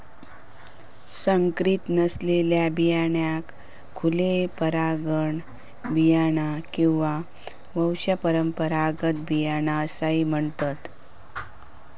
संकरीत नसलेल्या बियाण्यांका खुले परागकण बियाणा किंवा वंशपरंपरागत बियाणा असाही म्हणतत